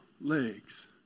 legs